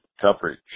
coverage